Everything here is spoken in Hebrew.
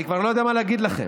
אני כבר לא יודע מה להגיד לכם.